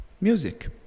music